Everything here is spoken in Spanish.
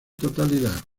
totalidad